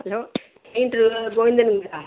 hello painter கோவிந்தனுங்களா